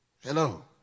Hello